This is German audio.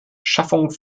schaffung